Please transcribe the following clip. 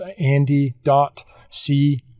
andy.c